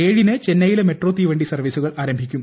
ഏഴിന് ചെന്നൈയിൽ മെട്രോ തീവണ്ടി സർവീസുകൾ ആരംഭിക്കും